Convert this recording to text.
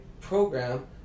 program